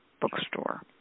bookstore